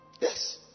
Yes